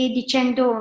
dicendo